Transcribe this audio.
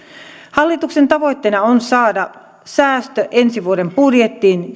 hallituksen tavoitteena on saada säästö ensi vuoden budjettiin